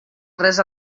res